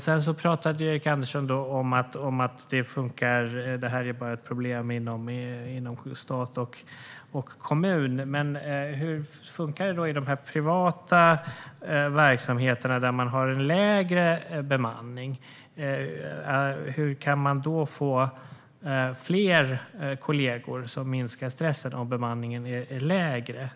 Sedan pratade Erik Andersson om att detta bara är ett problem i stat och kommun. Hur funkar det då i de privata verksamheterna, där man har en lägre bemanning? Hur kan man få fler kollegor, vilket minskar stressen, om bemanningen är mindre?